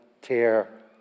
tear